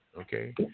okay